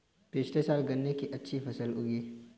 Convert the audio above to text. पिछले साल गन्ने की अच्छी फसल उगी